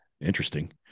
interesting